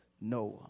Noah